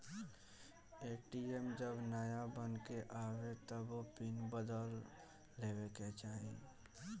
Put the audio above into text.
ATM जब नाया बन के आवे तबो पिन बदल लेवे के चाही